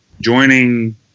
joining